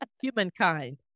humankind